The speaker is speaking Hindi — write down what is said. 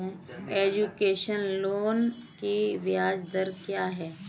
एजुकेशन लोन की ब्याज दर क्या है?